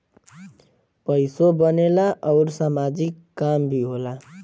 पइसो बनेला आउर सामाजिक काम भी होला